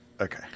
Okay